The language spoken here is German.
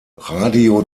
radio